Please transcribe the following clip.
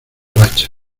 racha